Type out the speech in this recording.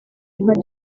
nka